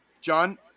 John